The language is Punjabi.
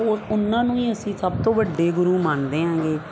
ਉਹ ਉਹਨਾਂ ਨੂੰ ਹੀ ਅਸੀਂ ਸਭ ਤੋਂ ਵੱਡੇ ਗੁਰੂ ਮੰਨਦੇ ਆਂਗੇ